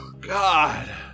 God